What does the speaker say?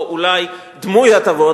או אולי דמוי-הטבות,